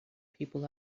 people